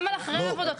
גם על אחרי העבודות.